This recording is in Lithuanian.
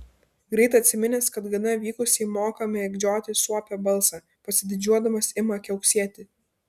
greit atsiminęs kad gana vykusiai moka mėgdžioti suopio balsą pasididžiuodamas ima kiauksėti